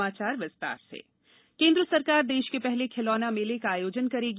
भारत खिलौना मेला केन्द्र सरकार देश के पहले खिलौना मेले का आयोजन करेगी